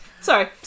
Sorry